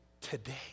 today